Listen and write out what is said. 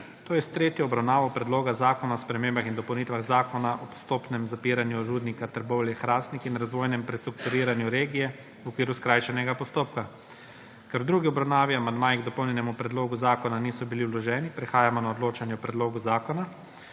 s tretjo obravnavo Predloga zakona o spremembah in dopolnitvah Zakona o postopnem zapiranju Rudnika Trbovlje-Hrastnik in razvojnem prestrukturiranju regije v okviru skrajšanega postopka. Ker k drugi obravnavi amandmaji k dopolnjenemu predlogu zakona niso bili vloženi, prehajamo na odločanje o predlogu zakona.